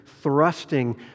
thrusting